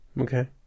Okay